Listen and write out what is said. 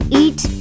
eat